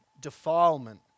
defilement